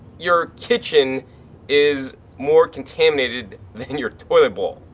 your kitchen is more contaminated than your toilet bowl,